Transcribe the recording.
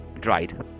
dried